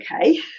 okay